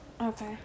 Okay